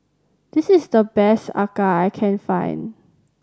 this is the best acar I can find